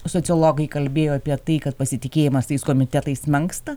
sociologai kalbėjo apie tai kad pasitikėjimas tais komitetais menksta